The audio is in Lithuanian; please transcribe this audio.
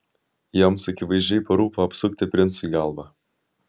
joms akivaizdžiai parūpo apsukti princui galvą